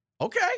Okay